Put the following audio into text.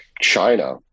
China